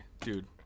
Dude